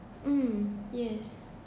um yes